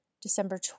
December